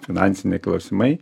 finansiniai klausimai